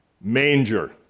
manger